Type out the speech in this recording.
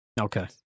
Okay